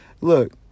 Look